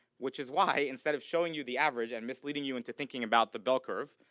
which is why, instead of showing you the average and misleading you into thinking about the bell curve,